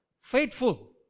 faithful